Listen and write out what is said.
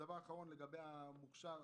ודבר אחרון, לגבי המוכש"ר